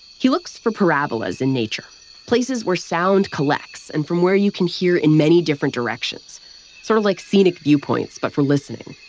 he looks for parabolas in nature places where sound collects and from where you can hear in many different directions sort of like scenic viewpoints, but for listening.